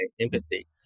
empathy